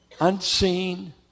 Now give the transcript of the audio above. Unseen